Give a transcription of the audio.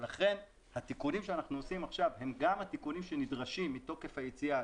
לכן התיקונים שאנחנו עושים עכשיו הם גם התיקונים שנדרשים מתוקף היציאה.